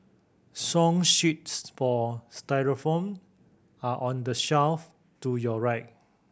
song sheets for xylophone are on the shelf to your right